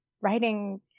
writing